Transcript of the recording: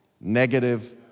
Negative